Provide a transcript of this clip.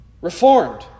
Reformed